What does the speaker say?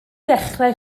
dechrau